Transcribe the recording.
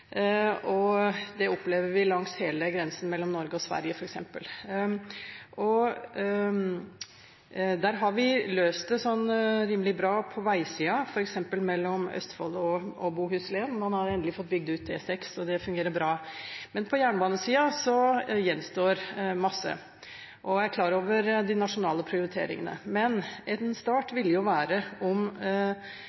grensene. Det opplever vi f.eks. langs hele grensen mellom Norge og Sverige. Der har vi løst det rimelig bra på veisiden, f.eks. mellom Østfold og Bohuslän – man har endelig fått bygd ut E6, og det fungerer bra. Men på jernbanesiden gjenstår mye. Jeg er klar over de nasjonale prioriteringene, men en start